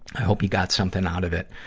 i hope you got something out of it.